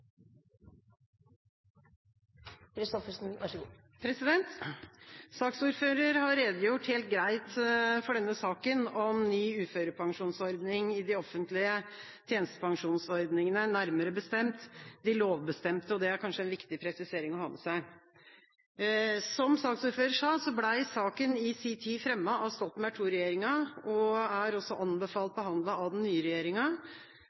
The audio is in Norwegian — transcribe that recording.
har redegjort helt greit for denne saken om ny uførepensjonsordning i de offentlige tjenestepensjonsordningene, nærmere bestemt de lovbestemte – og det er kanskje en viktig presisering å ha med seg. Som saksordføreren sa, ble saken i sin tid fremmet av Stoltenberg II-regjeringa, og er også anbefalt behandlet av den nye regjeringa,